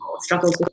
struggles